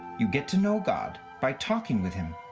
you get to know god by talking with him.